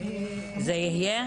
זה יהיה?